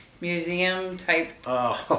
museum-type